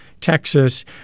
Texas